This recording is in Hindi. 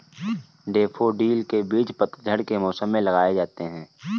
डैफ़ोडिल के बीज पतझड़ के मौसम में लगाए जाते हैं